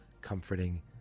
comforting